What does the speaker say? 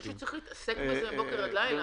צריך להתעסק בזה מבוקר עד לילה.